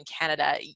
Canada